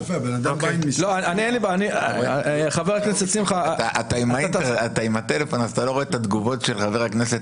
זה לא יפה, הבן אדם בא עם --- אין לי בעיה.